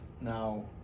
now